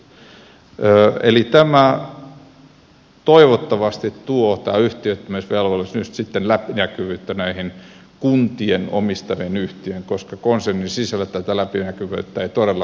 eli tämä yhtiöittämisvelvollisuus toivottavasti tuo nyt sitten läpinäkyvyyttä näihin kuntien omistamiin yhtiöihin koska konsernin sisälle tätä läpinäkyvyyttä ei todellakaan ole saatu